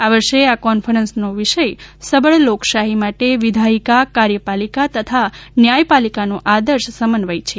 આ વર્ષે આ કોન્ફરન્સના વિષય સબળ લોકશાહી માટે વિધાયિકા કાર્યપાલિકા તથા ન્યાયપાલિકાનો આદર્શ સમન્વય છે